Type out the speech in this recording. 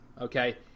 okay